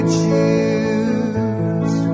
choose